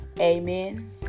Amen